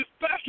back